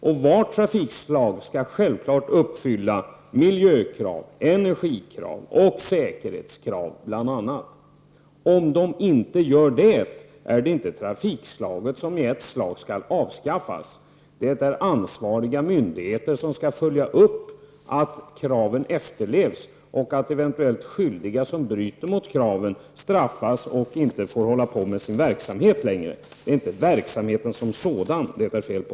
Varje trafikslag skall självfallet uppfylla bl.a. de miljökrav, energikrav och säkerhetskrav som ställs. Om något trafikslag inte uppfyller kraven, skall det inte avskaffas. Ansvariga myndigheter skall följa upp att kraven efterlevs och se till att de som är skyldiga till brott mot bestämmelserna straffas och inte längre får bedriva sin verksamhet. Det är inte verksamheten som sådan det är fel på.